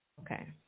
okay